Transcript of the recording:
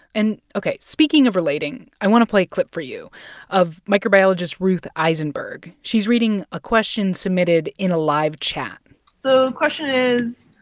and, ok, speaking of relating, i want to play a clip for you of microbiologist ruth isenberg. she's reading a question submitted in a live chat so the question is,